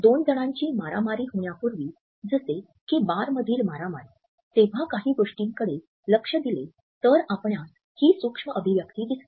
दोन जणांची मारामारी होण्यापूर्वी जसे की बार मधील मारामारी तेव्हा काही गोष्टींकडे लक्ष दिले तर आपणास ही सूक्ष्म अभिव्यक्ति दिसते